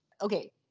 Okay